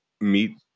meet